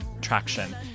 traction